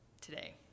today